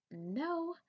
no